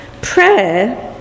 Prayer